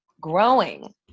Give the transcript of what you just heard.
growing